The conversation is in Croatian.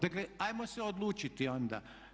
Dakle, hajmo se odlučiti onda.